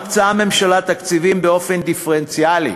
הממשלה מקצה תקציבים באופן דיפרנציאלי,